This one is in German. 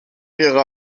ihre